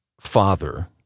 Father